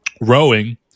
rowing